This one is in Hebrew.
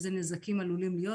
איזה נזקים עלולים להיות,